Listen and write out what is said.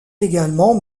également